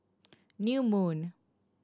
New Moon